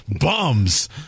Bums